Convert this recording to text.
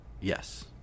Yes